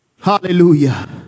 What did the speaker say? Hallelujah